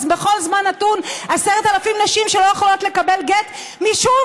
בכל זמן נתון 10,000 נשים לא יכולות לקבל גט משום